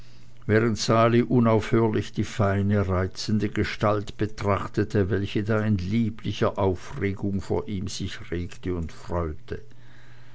während sali unaufhörlich die feine reizende gestalt betrachtete welche da in lieblicher aufregung vor ihm sich regte und freute